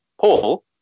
paul